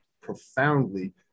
profoundly